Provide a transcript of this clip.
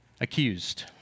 accused